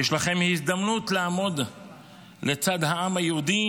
יש לכן הזדמנות לעמוד לצד העם היהודי,